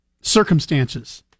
circumstances